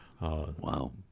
Wow